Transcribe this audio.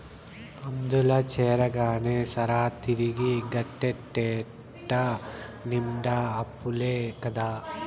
అందుల చేరగానే సరా, తిరిగి గట్టేటెట్ట నిండా అప్పులే కదా